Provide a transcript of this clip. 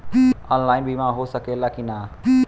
Online बीमा हो सकेला की ना?